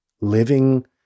living